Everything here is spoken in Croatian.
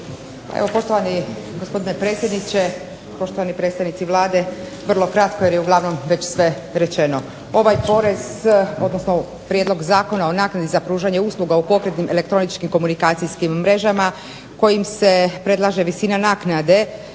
Evo poštovani gospodine predsjedniče, poštovani predstavnici Vlade, vrlo kratko jer je već sve rečeno. Ovaj porez, odnosno Prijedlog zakona o naknadi za pružanje usluga u pokretnim elektroničkim komunikacijskim mrežama kojim se predlaže visina naknade